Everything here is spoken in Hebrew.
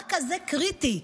מה כזה קריטי?